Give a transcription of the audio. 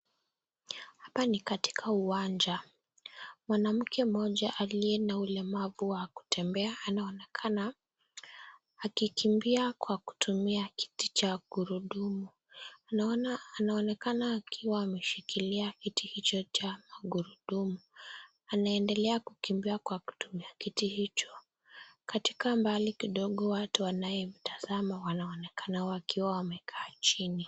Hapa ni katika uwanja ,mwanamke mmoja aliye na ulemavu wa kutembea anaonekana akikimbia kwa kutumia kiti cha gurudumu. Naona anaonekana akiwa ameshikilia kiti hicho cha magurudumu. Anaendelea kukimbia kwa kutumia kiti hicho. Katika mbali kidogo watu wanayemtazama wanaonekana wakiwa wamekaa chini.